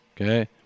Okay